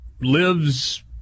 lives